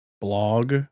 blog